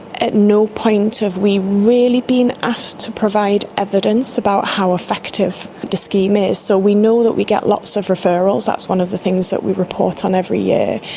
at no point have we really been asked to provide evidence about how effective the scheme is. so we know that we get lots of referrals, that's one of the things that we report on every year.